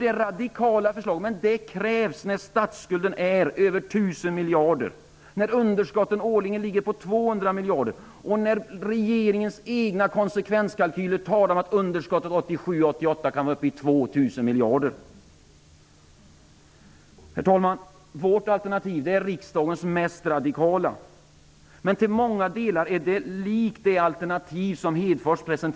Det är radikala förslag, men det krävs sådana när statsskulden är över 1 000 miljarder, när underskotten årligen ligger på 200 miljarder och när regeringens egna konsekvenskalkyler talar om att underskottet 1997-1998 kan vara uppe i 2 000 Herr talman! Vårt alternativ är riksdagens mest radikala. Men till många delar är det likt det socialdemokratiska alternativ som Lars Hedfors presenterar.